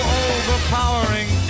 overpowering